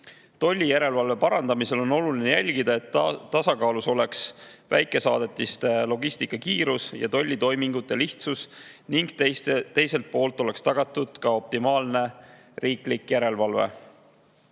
Tollijärelevalve parandamisel on oluline jälgida, et tasakaalus oleks väikesaadetiste logistika kiirus ja tollitoimingute lihtsus ning teisalt oleks tagatud optimaalne riiklik järelevalve. Esimene